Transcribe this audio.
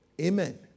Amen